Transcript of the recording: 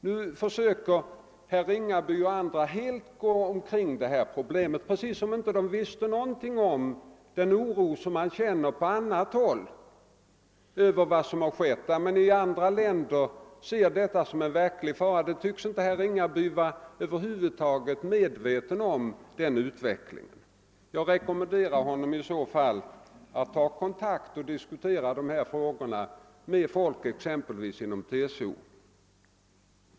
Nu försöker herr Ringaby och andra att helt kringgå prob'emet, precis som om de inte visste någonting om den oro som man på löntagarhåll känner över vad som kan komma. Att man i andra länder betraktar detta som en verklig fara tycks herr Ringaby över huvud taget inte vara medveten om. I så fall rekommenderar jag honom att diskutera de här frågorna med t.ex. ledningen inom TCO.